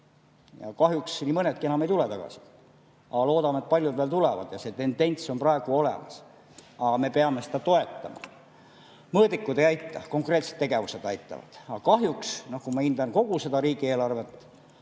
Kahjuks nii mõnedki enam ei tule tagasi. Aga loodame, et paljud veel tulevad. Ja see tendents on praegu olemas, aga me peame seda toetama. Mõõdikud ei aita, konkreetsed tegevused aitavad. Aga kahjuks, kui ma hindan kogu seda riigieelarvet